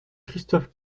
christophe